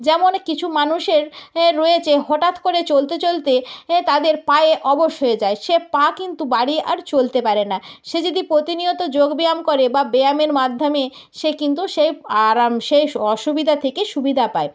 যেমন কিছু মানুষের রয়েছে হঠাৎ করে চলতে চলতে তাদের পায়ে অবশ হয়ে যায় সে পা কিন্তু বাড়িয়ে আর চলতে পারে না সে যদি প্রতিনিয়ত যোগব্যায়াম করে বা ব্যায়ামের মাধ্যমে সে কিন্তু সে আরাম সেই অসুবিধা থেকে সুবিধা পায়